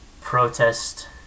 protest